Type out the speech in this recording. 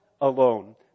alone